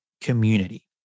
Community